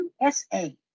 USA